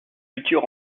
futur